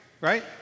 Right